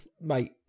mate